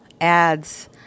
ads